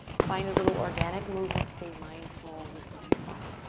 find a little organic movement. stay mindful. listen to your body.